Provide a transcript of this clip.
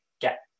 get